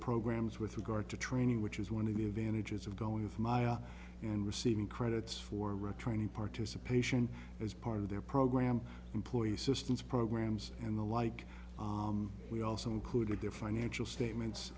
programs with regard to training which is one of the vantages of going of my office and receiving credits for retraining participation as part of their program employee assistance programs and the like we also included their financial statements